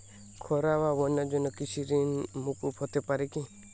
খরা বা বন্যার জন্য কৃষিঋণ মূকুপ হতে পারে কি?